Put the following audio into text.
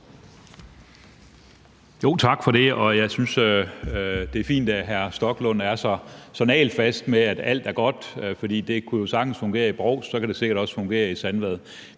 Tak for det, og jeg synes, det er fint, at hr. Rasmus Stoklund er så nagelfast med, at alt er godt, fordi det jo sagtens kunne fungere i Brovst, og så kan det sikkert også fungere i Sandvad.